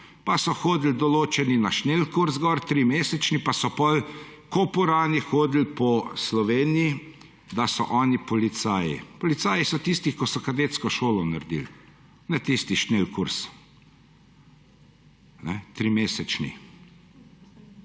pa so hodili določeni na trimesečni šnelkurs, pa so potem ko purani hodili po Sloveniji, da so oni policaji. Policaji so tisti, ki so kadetsko šolo naredili, ne tistega šnelkursa trimesečnega.